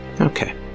Okay